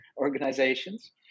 organizations